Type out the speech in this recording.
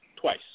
twice